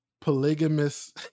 polygamous